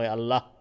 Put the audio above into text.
Allah